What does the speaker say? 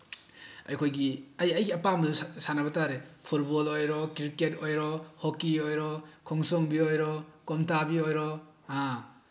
ꯑꯩꯈꯣꯏꯒꯤ ꯑꯩ ꯑꯩꯒꯤ ꯑꯄꯥꯝꯕ ꯁꯥꯟꯅꯕ ꯇꯥꯔꯦ ꯐꯨꯠꯕꯣꯜ ꯑꯣꯏꯔꯣ ꯀ꯭ꯔꯤꯛꯀꯦꯠ ꯑꯣꯏꯔꯣ ꯍꯣꯛꯀꯤ ꯑꯣꯏꯔꯣ ꯈꯣꯡꯖꯣꯡꯕꯤ ꯑꯣꯏꯔꯣ ꯀꯣꯟꯇꯥꯕꯤ ꯑꯣꯏꯔꯣ